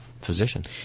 physician